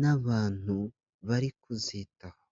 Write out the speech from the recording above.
n'abantu bari kuzitaho.